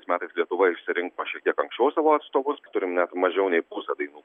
šias metais lietuva išsirinko šiek tiek anksčiau savo atstovus turim net mažiau nei pusė dainų